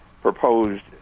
proposed